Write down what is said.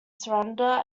surrender